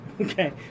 Okay